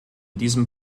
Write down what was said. diesem